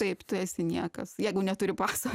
taip tu esi niekas jeigu neturi paso